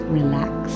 relax